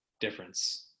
difference